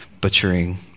butchering